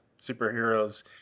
Superheroes